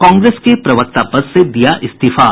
कांग्रेस के प्रवक्ता पद से दिया इस्तीफा